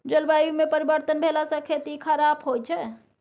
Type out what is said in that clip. जलवायुमे परिवर्तन भेलासँ खेती खराप होए छै